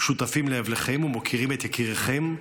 שותפים לאבלכם ומוקירים את יקיריכם,